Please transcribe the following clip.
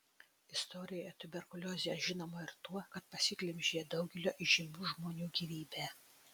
istorijoje tuberkuliozė žinoma ir tuo kad pasiglemžė daugelio įžymių žmonių gyvybę